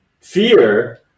fear